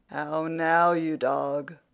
how now, you dog!